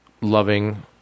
loving